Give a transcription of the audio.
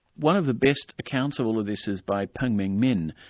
one of the best accounts of all of this is by peng ming-min,